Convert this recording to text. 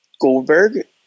Goldberg